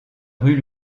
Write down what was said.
rue